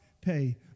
pay